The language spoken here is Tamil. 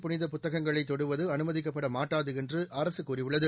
புனித புத்தகங்களை தொடுவது அனுமதிக்கப்படமாட்டாது என்று அரசு கூறியுள்ளது